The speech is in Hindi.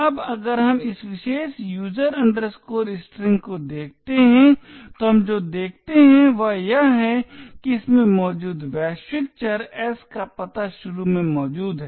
अब अगर हम इस विशेष user string को देखते हैं तो हम जो देखते हैं वह यह है कि इसमें मौजूद वैश्विक चर s का पता शुरू में मौजूद है